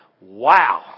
Wow